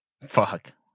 Fuck